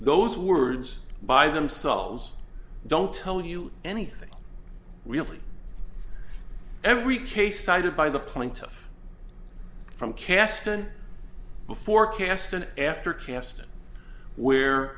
those words by themselves don't tell you anything really every case cited by the plaintiff from kasten before cast an after casting where